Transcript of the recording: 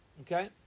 Okay